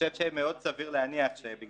אנחנו